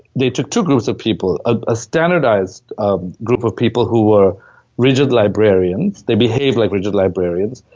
they took two groups of people. a standardized group of people who were rigid librarians they behaved like rigid librarians,